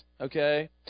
okay